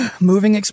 Moving